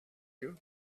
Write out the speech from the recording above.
you